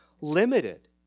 limited